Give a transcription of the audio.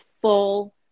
full